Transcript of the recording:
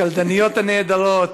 הקלדניות הנהדרות,